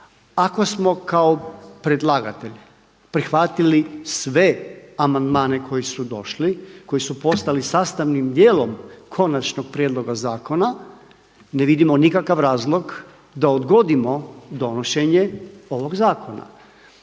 Ako smo kao predlagatelj prihvatili sve amandmane koji su došli, koji su postali sastavnim dijelom konačnog prijedloga zakona, ne vidimo nikakav razlog da odgodimo donošenje ovog zakona.